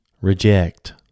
reject